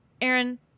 Aaron